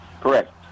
correct